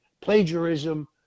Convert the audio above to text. plagiarism